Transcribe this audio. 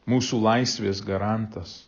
mūsų laisvės garantas